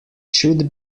should